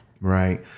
Right